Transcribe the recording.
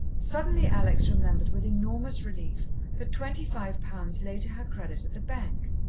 suddenly alex remembered with enormous relief that twenty-five pounds lay to her credit at the bank.